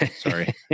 Sorry